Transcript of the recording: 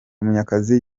munyakazi